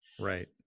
Right